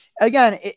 Again